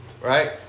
right